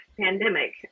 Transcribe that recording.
pandemic